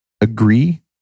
agree